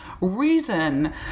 reason